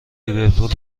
لیورپول